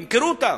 ימכרו אותן,